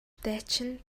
дайчин